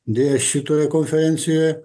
deja šitoje konferencijoje